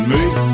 Make